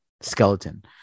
skeleton